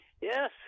Yes